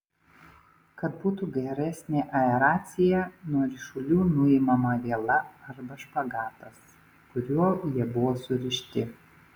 kad būtų geresnė aeracija nuo ryšulių nuimama viela arba špagatas kuriuo jie buvo surišti